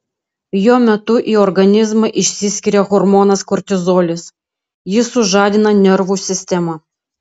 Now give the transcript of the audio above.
jo metu į organizmą išsiskiria hormonas kortizolis jis sužadina nervų sistemą